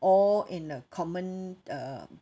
all in a common uh